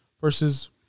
versus